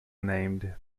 named